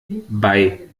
bei